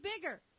bigger